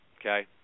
okay